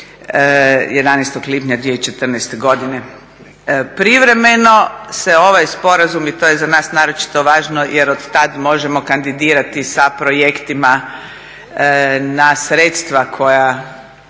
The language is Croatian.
11. lipnja 2014. godine. Privremeno se ovaj sporazum i to je za nas naročito važno, jer od tad možemo kandidirati sa projektima na sredstva koja